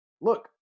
Look